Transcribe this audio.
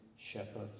shepherd